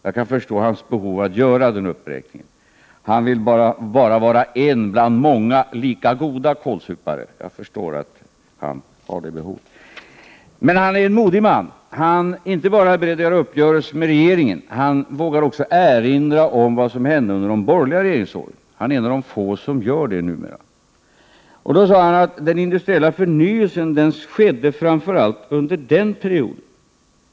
Jag kan förstå hans behov av att göra den uppräkningen; han vill bara vara en bland många lika goda kålsupare. Men han är en modig man. Han är inte bara beredd att göra uppgörelser med regeringen, han vågar också erinra om vad som hände under de borgerliga regeringsåren. Han är en av de få som gör det numera. Här sade han att den industriella förnyelsen skedde framför allt under den perioden.